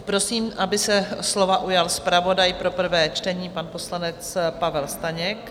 Prosím, aby se slova ujal zpravodaj pro prvé čtení, pan poslanec Pavel Staněk.